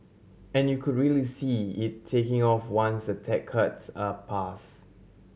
and you could really see it taking off once the tax cuts are pass